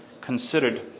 considered